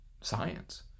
science